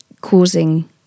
causing